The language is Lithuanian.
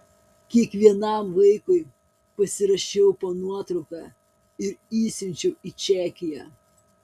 kiekvienam vaikui pasirašiau po nuotrauka ir išsiunčiau į čekiją